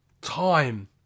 time